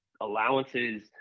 allowances